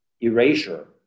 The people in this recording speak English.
erasure